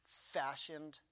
fashioned